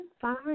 Fine